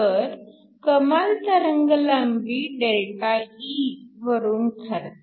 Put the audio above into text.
तर कमाल तरंगलांबी ΔE वरून ठरते